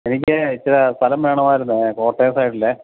എനിക്ക് ഇത്തിരി സ്ഥലം വേണമായിരുന്നു കോട്ടയം സൈഡില്